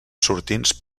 sortints